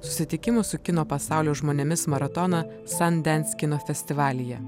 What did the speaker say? susitikimų su kino pasaulio žmonėmis maratoną sandens kino festivalyje